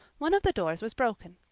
one of the doors was broken.